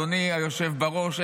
אדוני היושב בראש,